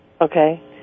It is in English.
Okay